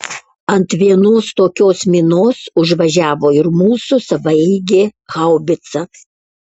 ant vienos tokios minos užvažiavo ir mūsų savaeigė haubica